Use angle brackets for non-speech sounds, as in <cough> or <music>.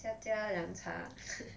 佳佳凉茶 <laughs>